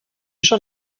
schon